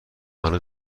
هنوز